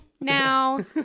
now